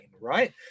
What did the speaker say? right